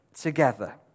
together